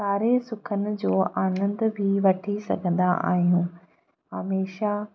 सारे सुखनि जो आनंद बि वठी सघंदा आहियूं हमेशा